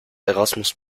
erasmus